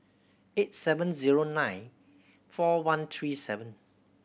eight seven zero nine four one three seven